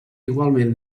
igualment